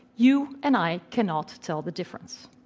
you and i cannot tell the difference.